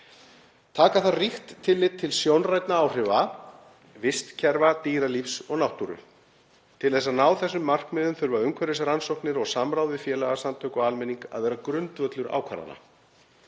Taka þarf ríkt tillit til sjónrænna áhrifa, vistkerfa, dýralífs og náttúru. Til þess að ná þessum markmiðum þurfa umhverfisrannsóknir og samráð við félagasamtök og almenning að vera grundvöllur ákvarðana.